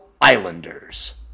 Islanders